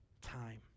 time